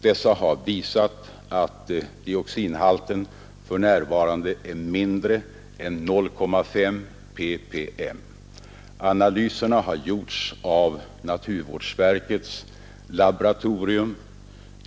Dessa har visat att dioxinhalten för närvarande är mindre än 0,5 ppm. Analyserna har gjorts av naturvårdsverkets laboratorium.